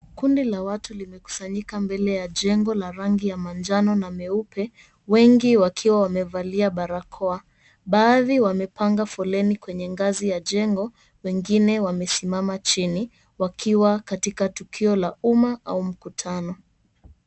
Kundi la watu limekusanyika mbele ya jengo la rangi ya manjano na meupe. Wengi wakiwa wamevalia barakoa, baadhi wamepanga foleni kwenye ngazi ya jengo, wengine wamesimama chini wakiwa katika tukio la umaa au mkutano.